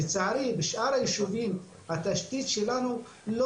לצערי בשאר הישובים התשתית שלנו לא